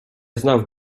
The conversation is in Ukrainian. знав